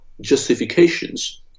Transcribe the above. justifications